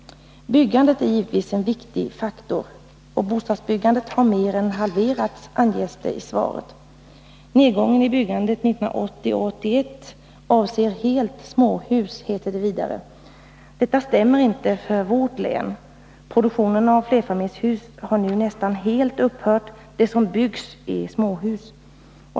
Byggandet är givetvis en viktig faktor. Bostadsbyggandet har mer än halverats, anges det i svaret. Nedgången i byggandet 1980/81 avser helt småhus, heter det vidare. Detta stämmer inte för vårt län. Produktionen av flerfamiljshus har nu nästan helt upphört. Vad som nu byggs är småhus.